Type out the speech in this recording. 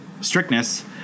strictness